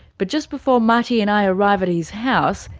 but just before mati and i arrive at his house,